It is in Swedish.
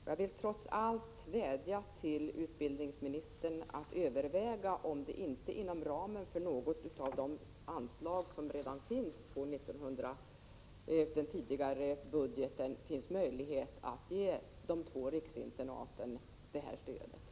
Jag vill trots allt vädja till utbildningsministern att överväga om det inte inom ramen för något av de anslag som redan finns i den tidigare budgeten kan finnas möjlighet att ge de två riksinternaten detta stöd.